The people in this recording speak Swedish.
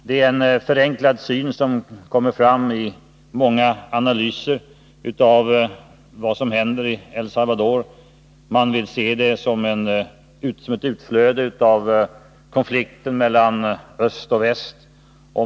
Det är en förenklad syn som kommer fram i många analyser av det som händer i El Salvador. Man vill se det som ett utflöde av konflikten mellan öst och väst.